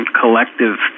collective